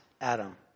Adam